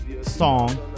song